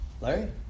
Larry